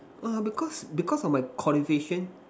uh because because of my qualification